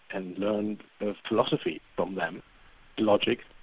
and learned philosophy from them logic,